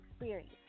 experience